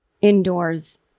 Indoors